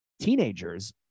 teenagers